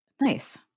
Nice